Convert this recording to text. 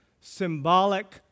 symbolic